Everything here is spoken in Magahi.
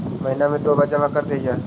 महिना मे दु बार जमा करदेहिय?